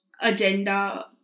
agenda